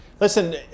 listen